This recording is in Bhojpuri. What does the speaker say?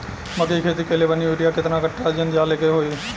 मकई के खेती कैले बनी यूरिया केतना कट्ठावजन डाले के होई?